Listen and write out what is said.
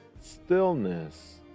Stillness